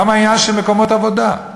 וגם העניין של מקומות עבודה.